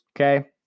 Okay